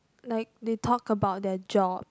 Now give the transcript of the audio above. like they talk about their job